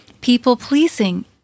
people-pleasing